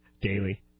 daily